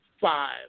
Five